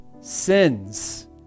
sins